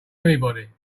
anybody